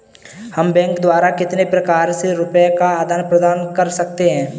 हम बैंक द्वारा कितने प्रकार से रुपये का आदान प्रदान कर सकते हैं?